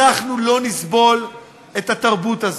אנחנו לא נסבול את התרבות הזאת,